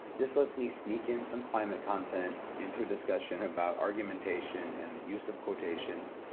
this lets me sneak in some climate content into a discussion about argumentation and the use of quotations.